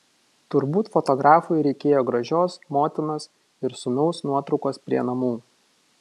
turbūt fotografui reikėjo gražios motinos ir sūnaus nuotraukos prie namų